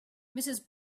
mrs